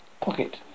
pocket